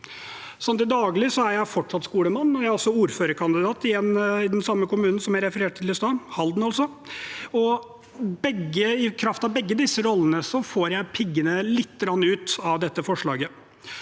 Til daglig er jeg fortsatt skolemann, og jeg er også ordførerkandidat i den samme kommunen som jeg refererte til i sted, Halden. I kraft av begge disse rollene får jeg piggene litt ut av dette forslaget.